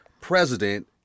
president